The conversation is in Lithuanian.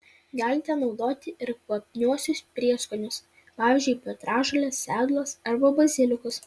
galite naudoti ir kvapniuosius prieskonius pavyzdžiui petražoles sedulas arba bazilikus